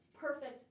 perfect